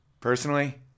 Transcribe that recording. personally